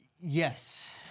Yes